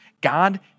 God